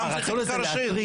למה צריך חקיקה ראשית?